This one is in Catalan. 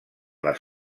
les